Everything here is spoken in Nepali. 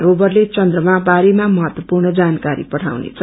रोवरले चन्द्रमा बारेमा महत्वपूर्ण जानकारी पइाउनेछ